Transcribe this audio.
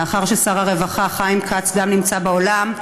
מאחר שגם שר הרווחה חיים כץ נמצא באולם,